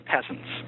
peasants